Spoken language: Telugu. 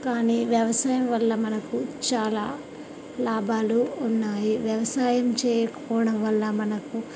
కానీ వ్యవసాయం వల్ల మనకు చాలా లాభాలు ఉన్నాయి వ్యవసాయం చేయకపోవడం వల్ల మనకు